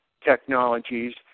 technologies